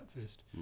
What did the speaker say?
first